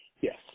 Yes